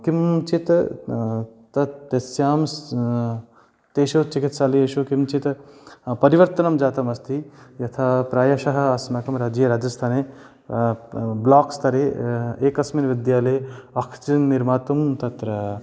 किञ्चित् तत् तस्यां तेषु चिकित्सालयेषु किञ्चित् परिवर्तनं जातमस्ति यथा प्रायशः अस्माकं राज्ये राजस्थाने ब्लाक् स्तरे एकस्मिन् विद्यालये ओक्सिजेन् निर्मातुं तत्र